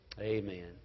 Amen